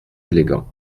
élégant